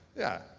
yeah.